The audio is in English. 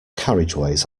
carriageways